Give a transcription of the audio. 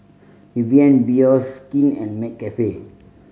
Evian Bioskin and McCafe